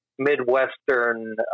Midwestern